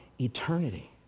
eternity